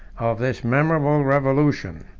of this memorable revolution.